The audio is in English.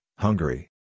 Hungary